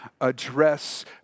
address